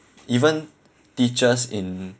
even teachers in